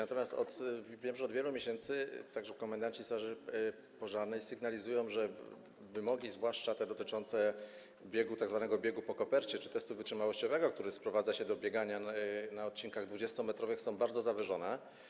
Natomiast wiem, że od wielu miesięcy także komendanci straży pożarnej sygnalizują, że wymogi, zwłaszcza te dotyczące biegu, tzw. biegu po kopercie, czy testu wytrzymałościowego, który sprowadza się do biegania na odcinkach 20-metrowych, są bardzo zawyżone.